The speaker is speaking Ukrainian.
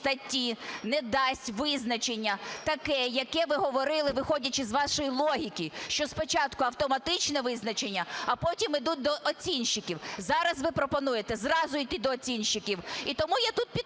не дасть визначення таке, яке ви говорили, виходячи з вашої логіки, що спочатку автоматичне визначення, а потім ідуть до оцінщиків. Зараз ви пропонуєте зразу йти до оцінщиків.